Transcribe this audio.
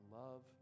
love